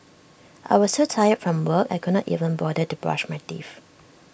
I was so tired from work I could not even bother to brush my teeth